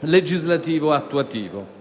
legislativo attuativo.